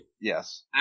Yes